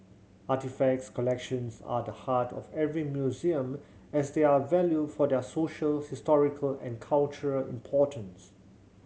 artefact collections are the heart of every museum as they are valued for their social historical and cultural importance